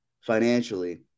financially